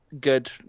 good